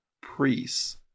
priests